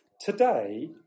today